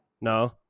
No